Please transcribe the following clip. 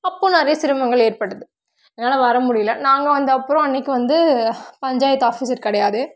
அப்போது நிறைய சிரமங்கள் ஏற்படுது என்னால் வரமுடியல நாங்கள் வந்தப்போ அன்னக்கி வந்து பஞ்சாயத்து ஆஃபிஸ்ஸர் கிடையாது